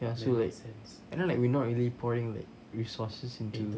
ya so like and then like we not really pouring like resources into